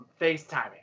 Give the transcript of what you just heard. FaceTiming